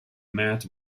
met